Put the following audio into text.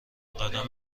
قدم